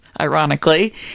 ironically